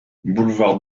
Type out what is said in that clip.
boulevard